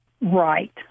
right